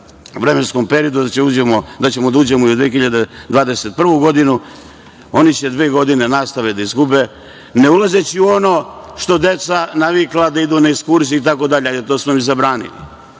vremenskom periodu, da ćemo da uđemo i u 2021. godinu? Oni će dve godine nastave da izgube. Ne ulazeći u ono što su deca navikla da idu na ekskurziju itd, hajde to smo im zabranili,